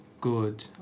Good